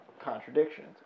contradictions